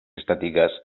estáticas